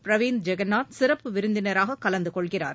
பிரவீந்த் ஜெகந்நாத் சிறப்பு விருந்தினராக கலந்து கொள்கிறார்